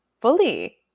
fully